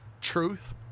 truth